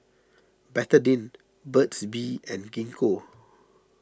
Betadine Burt's Bee and Gingko